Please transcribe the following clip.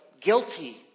guilty